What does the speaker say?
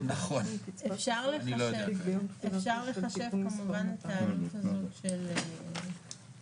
זכאי לתשלום קצבת אזרח ותיק בתקופה